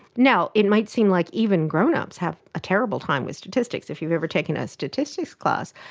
now, it might seem like even grown-ups have a terrible time with statistics, if you've ever taken a statistics class,